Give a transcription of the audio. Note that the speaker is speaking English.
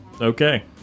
Okay